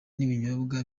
n’ibinyobwa